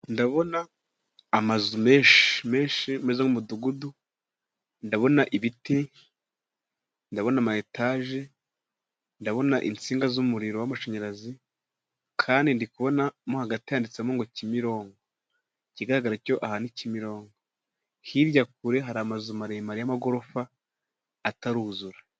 Ndabona amazu menshi, menshi ameze nk'umudugudu. Ndabona ibiti, ndabona ama etaje, ndabona insinga z'umuriro w'amashanyarazi, kandi ndi kubona mo hagati handitsemo ngo Kimironko. Ikigaragara cyo aha ni Kimironko, hirya kure hari amazu maremare y'amagorofa ataruzura.